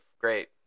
great